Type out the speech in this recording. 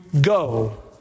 go